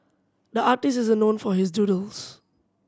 the artist is known for his doodles